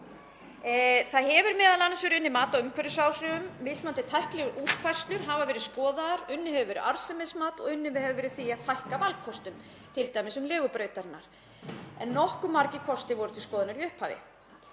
Það hefur m.a. verið unnið mat á umhverfisáhrifum, mismunandi tæknilegar útfærslur hafa verið skoðaðar, unnið hefur verið arðsemismat og unnið hefur verið að því að fækka valkostum, t.d. um legu brautarinnar, en nokkuð margir kostir voru til skoðunar í upphafi.